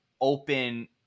open